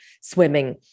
swimming